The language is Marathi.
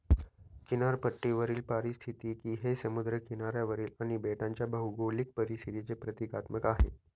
किनारपट्टीवरील पारिस्थितिकी हे समुद्र किनाऱ्यावरील आणि बेटांच्या भौगोलिक परिस्थितीचे प्रतीकात्मक आहे